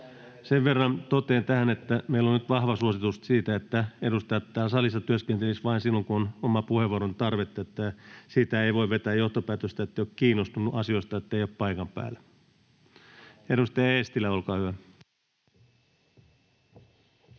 Sen verran totean tähän, että meillä on nyt vahva suositus siitä, että edustajat täällä salissa työskentelisivät vain silloin, kun on oman puheenvuoron tarvetta, että siitä ei voi vetää johtopäätöstä, ettei ole kiinnostunut asioista, ettei ole paikan päällä. [Kimmo Kiljunen: Aivan